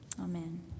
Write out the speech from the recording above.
Amen